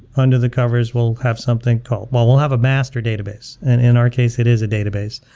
under the covers, we'll have something called we'll we'll have a master database. and in our case, it is a database.